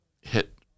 hit